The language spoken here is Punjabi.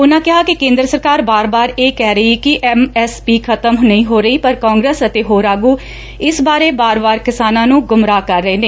ਉਨਾਂ ਕਿਹਾ ਕਿ ਕੇਂਦਰ ਸਰਕਾਰ ਵਾਰ ਵਾਰ ਇਹ ਕਹਿ ਰਹੀ ਏ ਕਿ ਐਮਐਸਪੀ ਖਤਮ ਨਹੀ ਹੋ ਰਹੀ ਪਰ ਕਾਂਗਰਸ ਅਤੇ ਹੋਰ ਆਗੁ ਇਸ ਬਾਰੇ ਵਾਰ ਵਾਰ ਕਿਸਾਨਾਂ ਨੰ ਗੁੰਮਰਾਹ ਕਰ ਰਹੇ ਨੇ